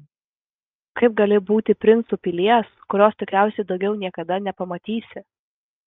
kaip gali būti princu pilies kurios tikriausiai daugiau niekada nepamatysi